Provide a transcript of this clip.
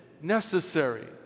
necessary